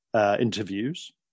Interviews